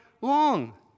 long